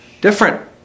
Different